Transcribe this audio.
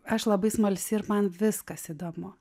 aš labai smalsi ir man viskas įdomu